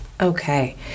Okay